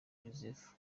joseph